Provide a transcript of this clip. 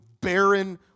barren